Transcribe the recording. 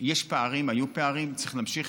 יש פערים, היו פערים, צריך להמשיך